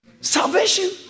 Salvation